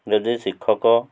ଯଦି ଶିକ୍ଷକ